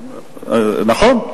נכון.